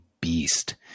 beast